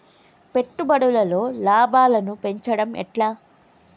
పెట్టుబడులలో లాభాలను పెంచడం ఎట్లా?